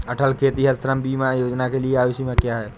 अटल खेतिहर श्रम बीमा योजना के लिए आयु सीमा क्या है?